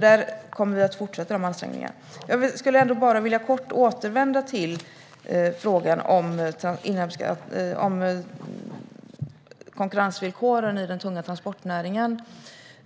Där kommer vi att fortsätta de ansträngningarna. Jag vill kort återvända till frågan om konkurrensvillkoren i den tunga transportnäringen.